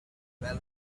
well